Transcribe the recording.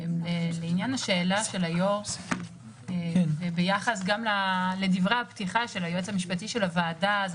לעניין השאלה של היו"ר ביחס לדברי הפתיחה של היועץ המשפטי של הוועדה,